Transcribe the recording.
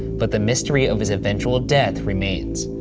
but the mystery of his eventual death remains.